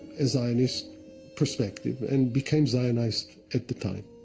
a zionist perspective and became zionist at the time.